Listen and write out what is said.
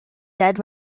dead